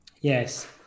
yes